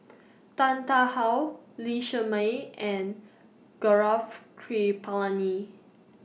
Tan Tarn How Lee Shermay and Gaurav Kripalani